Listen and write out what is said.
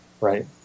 Right